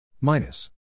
Minus